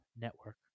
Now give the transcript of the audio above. network